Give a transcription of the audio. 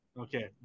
Okay